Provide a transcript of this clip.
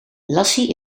lassie